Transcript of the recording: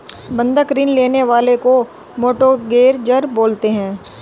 बंधक ऋण लेने वाले को मोर्टगेजेर बोलते हैं